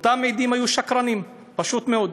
אותם עדים היו שקרנים, פשוט מאוד.